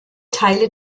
teile